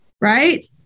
right